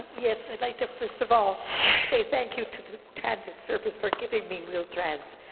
yes, i'd like to first of all say thank you to the transit service for giving me wheel-trans.